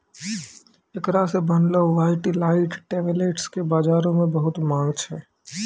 एकरा से बनलो वायटाइलिटी टैबलेट्स के बजारो मे बहुते माँग छै